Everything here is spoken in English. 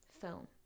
Film